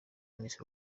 miss